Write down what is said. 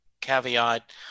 caveat